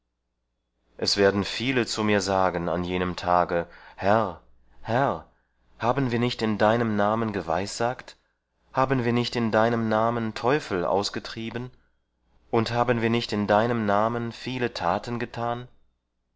es werden viele zu mir sagen an jenem tage herr herr haben wir nicht in deinem namen geweissagt haben wir nicht in deinem namen teufel ausgetrieben und haben wir nicht in deinem namen viele taten getan